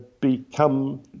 become